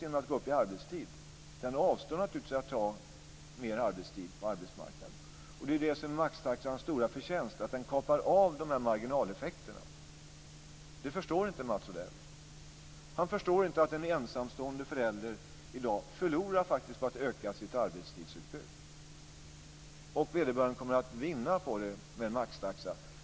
Den föräldern avstår naturligtvis från att gå upp i arbetstid på arbetsmarknaden. Maxtaxans stora förtjänst är att den kapar av marginaleffekterna. Det förstår inte Mats Odell. Han förstår inte att en ensamstående förälder i dag förlorar på att öka sitt arbetstidsutbud och kommer att vinna på maxtaxa.